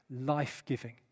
life-giving